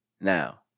Now